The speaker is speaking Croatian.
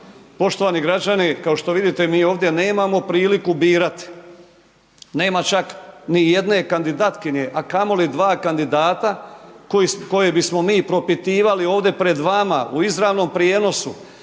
Poštovani građani, kao što vidite mi ovdje nemamo priliku birati, nema čak nijedne kandidatkinje, a kamoli dva kandidata koje bismo mi propitivali ovdje pred vama u izravnom prijenosu